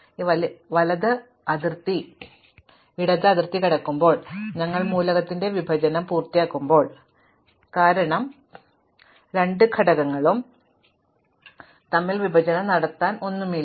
അതിനാൽ വലത് അതിർത്തി ഇടത് അതിർത്തി കടക്കുമ്പോൾ ഞങ്ങൾ മൂലകത്തിന്റെ വിഭജനം പൂർത്തിയാക്കുമ്പോൾ കാരണം രണ്ട് ഘടകങ്ങളും തമ്മിൽ വിഭജനം നടത്താൻ ഒന്നുമില്ല